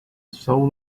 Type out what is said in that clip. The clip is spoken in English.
soul